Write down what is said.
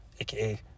aka